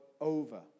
over